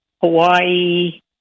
Hawaii